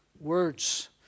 words